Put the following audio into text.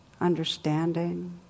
understanding